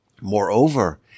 Moreover